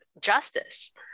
justice